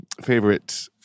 favorite